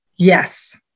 Yes